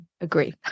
Agree